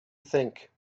think